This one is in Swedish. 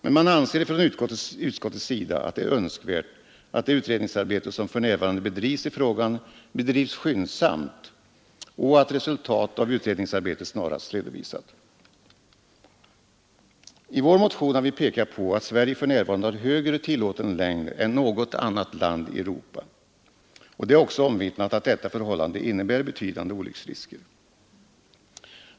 Man anser från utskottets sida att det är önskvärt att det utredningsarbete som för närvarande pågår i frågan bedrivs skyndsamt och att resultatet av utredningsarbetet snarast redovisas. I vår motion har vi pekat på att Sverige för närvarande har större tillåten längd på landsvägsfordon än något annat land i Europa. Det är också omvittnat att detta förhållande innebär betydande olycksrisker.